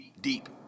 deep